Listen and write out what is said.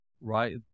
right